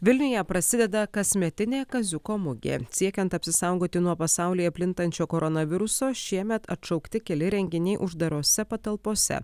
vilniuje prasideda kasmetinė kaziuko mugė siekiant apsisaugoti nuo pasaulyje plintančio koronaviruso šiemet atšaukti keli renginiai uždarose patalpose